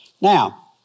Now